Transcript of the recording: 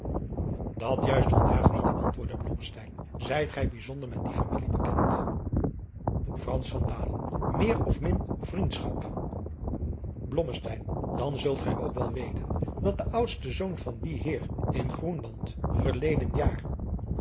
dat juist van daag niet antwoordde blommesteyn zijt gij bijzonder met die familie bekend frans van dalen meer of min vriendschap blommesteyn dan zult gij ook wel weten dat de oudste zoon van dien heer in groenland verleden jaar